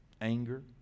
anger